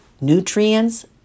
nutrients